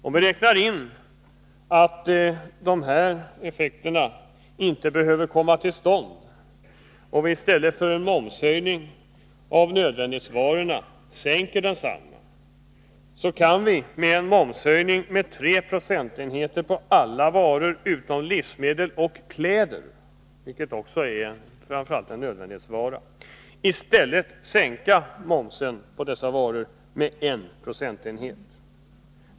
Räknar vi in att detta inte behöver genomföras om vi i stället för att höja momsen på nödvändighetsvaror sänker densamma, kan vi med en momshöjning på tre procentenheter på alla varor utom livsmedel och kläder — vilket också framför allt är en nödvändighetsvara — i stället sänka momsen på dessa varor med en procentenhet.